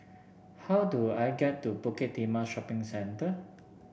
how do I get to Bukit Timah Shopping Centre